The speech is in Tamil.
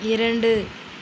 இரண்டு